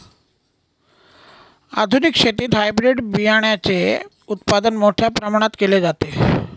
आधुनिक शेतीत हायब्रिड बियाणाचे उत्पादन मोठ्या प्रमाणात केले जाते